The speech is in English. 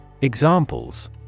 Examples